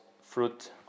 fruit